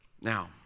Now